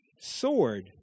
sword